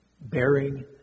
Bearing